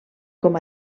com